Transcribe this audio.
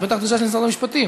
זו בטח דרישה של משרד המשפטים.